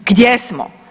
Gdje smo?